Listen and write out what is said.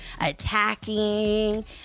attacking